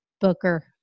booker